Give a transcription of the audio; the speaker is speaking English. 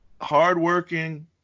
hardworking